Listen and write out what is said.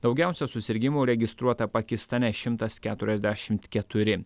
daugiausia susirgimų registruota pakistane šimtas keturiasdešimt keturi